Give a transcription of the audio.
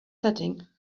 setting